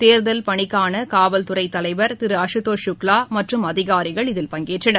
தேர்தல் பணிக்கான காவல் துறை தலைவர் திரு அசுதோஷ் சுக்லா மற்றும் அதிகாரிகள் இதில் பங்கேற்றனர்